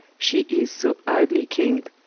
shee is so idly king'd,